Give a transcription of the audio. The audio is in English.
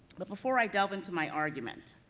but before i delve into my argument,